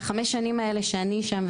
בחמש השנים שאני שם,